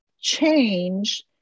change